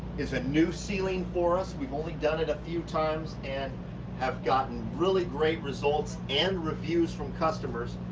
is a new ceiling for us. we've only done it a few times and have gotten really great results and reviews from customers.